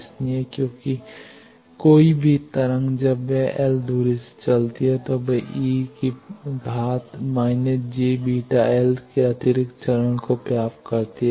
इसलिए क्योंकि कोई भी तरंग जब वह एल दूरी से चलती है तो वह e−jβl के अतिरिक्त चरण को प्राप्त करती है